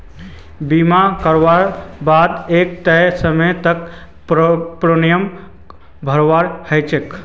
बीमा करवार बा द एक तय समय तक प्रीमियम भरवा ह छेक